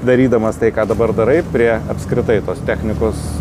darydamas tai ką dabar darai prie apskritai tos technikos